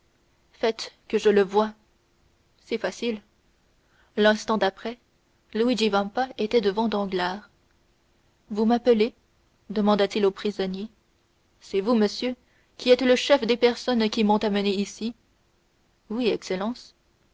faites que je le voie c'est facile l'instant d'après luigi vampa était devant danglars vous m'appelez demanda-t-il au prisonnier c'est vous monsieur qui êtes le chef des personnes qui m'ont amené ici oui excellence